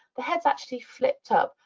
the head's actually flipped up.